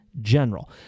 general